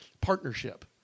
partnership